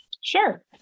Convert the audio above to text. Sure